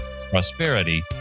prosperity